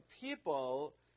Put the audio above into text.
people